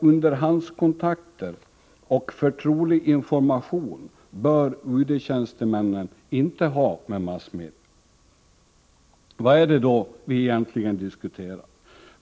underhandskontakter och förtrolig information bör UD-tjänstemännen inte ha med massmedia ———.” Vad är det då vi egentligen diskuterar?